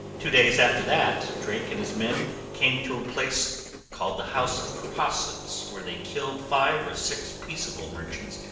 two days after that, drake and his men came to a place called the house of crosses, where they killed five or six peaceable merchants,